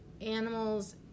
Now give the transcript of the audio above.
animals